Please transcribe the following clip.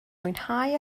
mwynhau